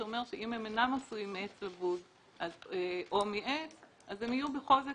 שאומרת שאם הם אינם עשויים מעץ לבוד או מעץ אז הם יהיו בחוזק